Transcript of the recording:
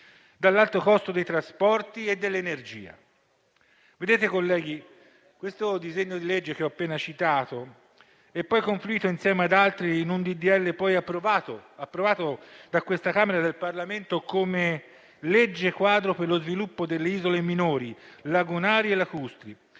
dell'alto costo dei trasporti e dell'energia. Vedete, colleghi, questo disegno di legge che ho appena citato è poi confluito insieme ad altri in un disegno di legge approvato da questo ramo del Parlamento come legge quadro per lo sviluppo delle isole minori, lagunari e lacustri.